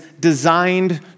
designed